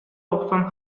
охсон